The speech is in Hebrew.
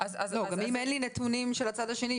אם אין לי נתונים של הצד השני,